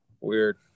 Weird